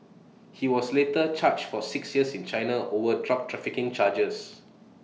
he was later charge for six years in China over drug trafficking charges